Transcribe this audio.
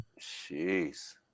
Jeez